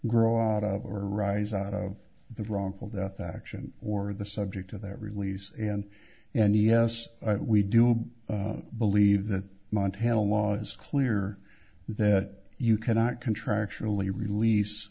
groveled of or arise out of the wrongful death action or the subject of that release and and yes we do believe that montel was clear that you cannot contractually release